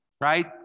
right